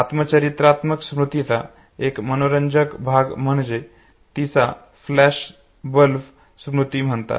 आत्मचरित्रात्मक स्मृतीचा एक मनोरंजक भाग म्हणजे तिला फ्लॅशबल्ब स्मृती म्हणतात